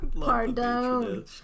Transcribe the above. Pardon